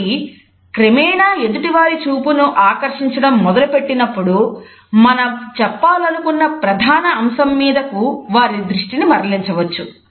కాబట్టి క్రమేణా ఎదుటివారి చూపును ఆకర్షించడం మొదలుపెట్టినప్పుడు మనం చెప్పాలనుకున్న ప్రధాన అంశం మీదకు వారి దృష్టిని మరలించవచ్చు